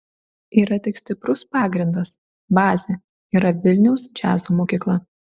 yra tik stiprus pagrindas bazė yra vilniaus džiazo mokykla